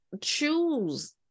choose